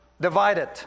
divided